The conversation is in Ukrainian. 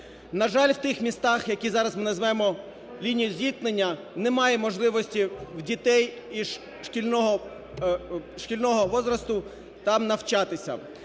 На жаль, у тих містах, які зараз ми звемо лінією зіткнення, немає можливості у дітей шкільного возрасту там навчатися.